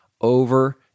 over